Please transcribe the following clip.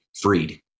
freed